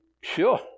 Sure